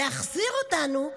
להחזיר אותנו.